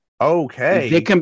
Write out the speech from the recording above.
Okay